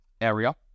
area